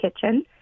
kitchen